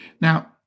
Now